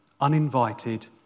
uninvited